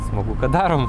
smagu kad darom